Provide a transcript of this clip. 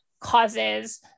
causes